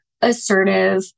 assertive